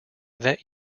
that